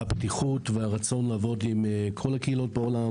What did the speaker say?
הפתיחות והרצון לעבוד עם כל הקהילות בעולם